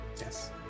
Yes